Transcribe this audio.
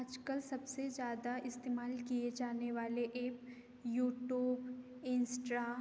आजकल सबसे ज्यादा इस्तेमाल किए जाने वाले एप यूट्यूब इंस्ट्रा